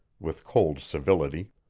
with cold civility.